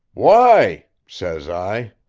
why? says i.